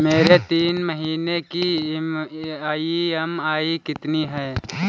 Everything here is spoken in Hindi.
मेरी तीन महीने की ईएमआई कितनी है?